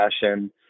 fashion